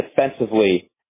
defensively